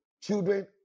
children